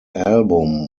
album